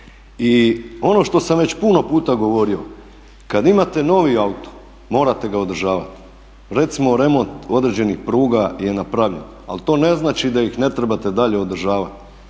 I ono što sam već puno puta govorio kad imate novi auto morate ga održavati. Recimo remont određenih pruga je napravljen, ali to ne znači da ih ne trebate dalje održavati.